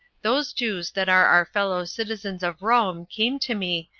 those jews that are our fellow citizens of rome came to me,